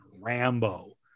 Rambo